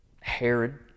Herod